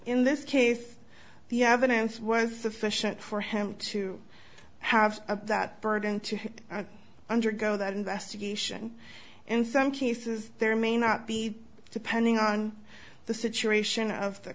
in this case the evidence was sufficient for him to have that burden to undergo that investigation in some cases there may not be depending on the situation of the